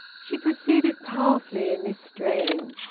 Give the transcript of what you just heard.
she proceeded powerfully in this strain.